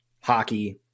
hockey